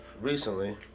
recently